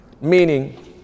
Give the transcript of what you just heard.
meaning